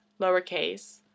lowercase